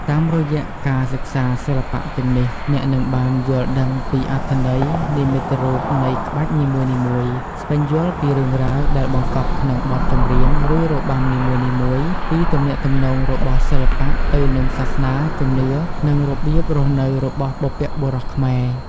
តាមរយៈការសិក្សាសិល្បៈទាំងនេះ អ្នកនឹងបាន យល់ដឹងពីអត្ថន័យនិមិត្តរូបនៃក្បាច់នីមួយៗ ស្វែងយល់ពីរឿងរ៉ាវដែលបង្កប់ក្នុងបទចម្រៀង ឬរបាំនីមួយៗ ពីទំនាក់ទំនងរបស់សិល្បៈទៅនឹងសាសនា ជំនឿ និងរបៀបរស់នៅរបស់បុព្វបុរសខ្មែរ។